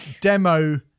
demo